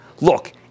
Look